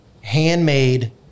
handmade